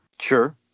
sure